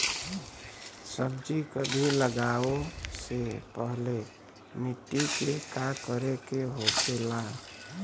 सब्जी कभी लगाओ से पहले मिट्टी के का करे के होखे ला?